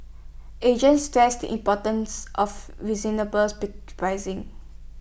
agents stress the importance of pricing